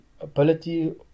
ability